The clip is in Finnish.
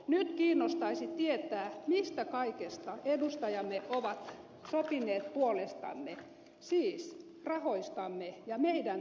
nyt kiinnostaisi tietää mistä kaikesta edustajamme ovat sopineet puolestamme siis rahoistamme ja meidän tulevaisuudestamme